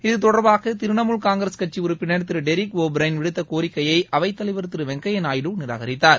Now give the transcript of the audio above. இதுதொடர்பாக திரிணாமுல் காங்கிரஸ் கட்சி உறுப்பினர் திரு டெரிக் ஒ ப்ரையன் விடுத்த கோரிக்கையை அவைத்தலைவர் திரு வெங்கையா நாயுடு நிராகரித்தார்